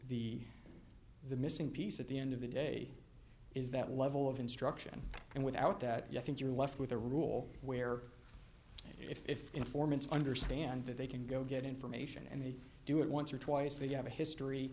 the missing piece at the end of the day is that level of instruction and without that i think you're left with a rule where if informants understand that they can go get information and they do it once or twice they have a